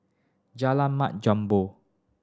Jalan Mat Jambol